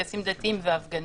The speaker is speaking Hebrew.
טקסים דתיים והפגנות.